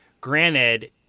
granted